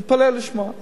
תתפלא לשמוע.